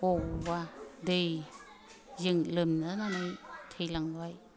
बबावबा दैजों लोमजानानै थैलांबाय